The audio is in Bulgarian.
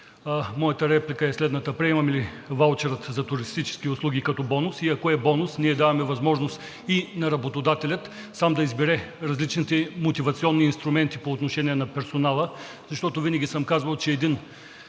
Моята реплика е следната. Приемаме ли ваучера за туристически услуги като бонус? Ако е бонус, ние даваме възможност и на работодателя сам да избере различните мотивационни инструменти по отношение на персонала, защото винаги съм казвал, че всеки